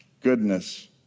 goodness